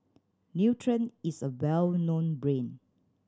Nutren is a well known brand